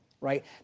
right